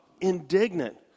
indignant